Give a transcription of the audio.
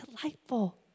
delightful